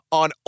on